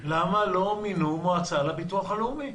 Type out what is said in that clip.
למה לא מינו מועצה לביטוח הלאומי.